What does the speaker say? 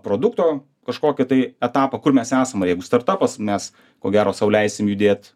produkto kažkokį tai etapą kur mes esame jeigu startapas mes ko gero sau leisim judėt